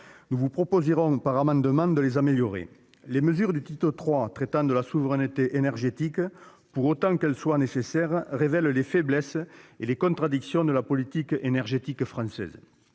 Nous vous proposerons par nos amendements de les améliorer. Les mesures du titre III, relatives à la souveraineté énergétique, pour autant qu'elles soient nécessaires, révèlent les faiblesses et les contradictions de la politique française